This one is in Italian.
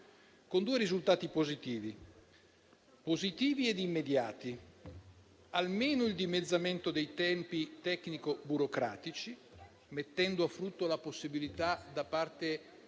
con due risultati positivi ed immediati: almeno il dimezzamento dei tempi tecnico-burocratici, mettendo a frutto la possibilità e la